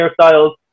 hairstyles